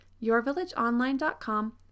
yourvillageonline.com